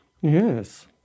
Yes